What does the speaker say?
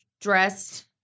dressed